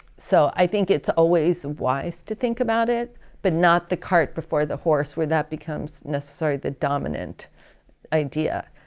so i think it's always wise to think about it but not the cart before the horse when that becomes and so the dominant idea.